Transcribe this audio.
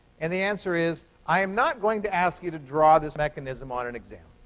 and the answer is, i am not going to ask you to draw this mechanism on an exam.